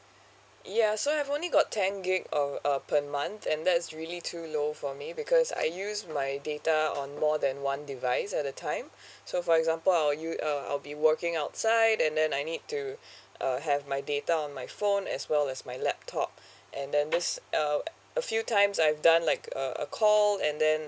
ya so I've only got ten gig or uh per month and that's really too low for me because I use my data on more than one device at a time so for example I'll u~ uh I'll be working outside and then I need to uh have my data on my phone as well as my laptop and then this uh a few times I've done like a a call and then